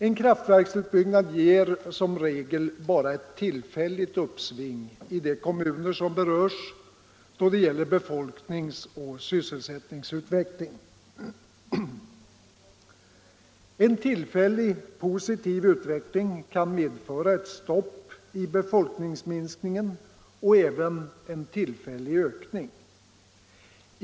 En kraftverksutbyggnad ger som regel bara ett tillfälligt uppsving i de kommuner som berörs då det gäller befolkningsoch sysselsättningsutveckling. En tillfällig positiv utveckling kan medföra ett stopp i befolkningsminskningen och även en tillfällig ökning.